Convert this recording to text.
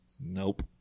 Nope